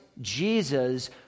Jesus